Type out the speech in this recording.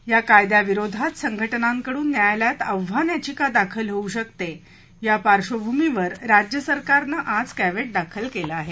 या कायद्या विरोधात संघटनांकडून न्यायालयात आव्हान याचिका दाखल होऊ शकते या पार्श्वभूमीवर राज्य शासनानं आज कॅव्हेट दाखल केलं आहे